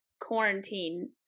quarantine